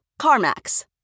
CarMax